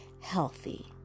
healthy